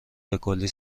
بکلی